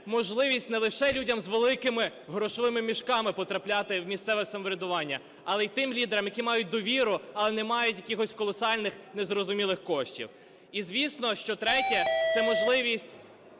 можливість не лише людям з "великими грошовими мішками" потрапляти в місцеве самоврядування, але й тим лідерам, які мають довіру, але не мають якихось колосальних незрозумілих коштів. І звісно, що третє – це можливість